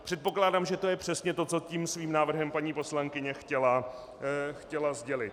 Předpokládám, že to je přesně to, co tím svým návrhem paní poslankyně chtěla sdělit.